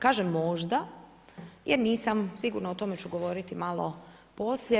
Kažem, možda, jer nisam sigurna, o tome ću govoriti malo poslije.